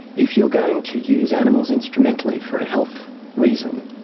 if you're going to use animals instrumentally for a health reason,